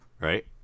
right